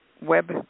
web